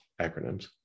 acronyms